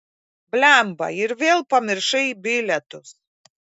blemba ir vėl pamiršai bilietus